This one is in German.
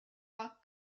war